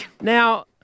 Now